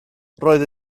roedd